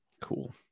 Cool